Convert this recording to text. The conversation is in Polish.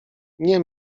nie